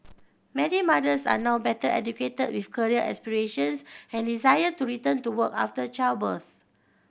many mothers are now better educated with career aspirations and desire to return to work after childbirth